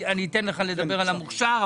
אני אתן לך לדבר על המוכשר.